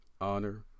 honor